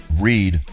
read